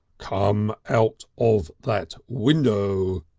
come out of that window,